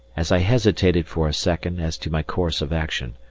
as i hesitated for a second as to my course of action,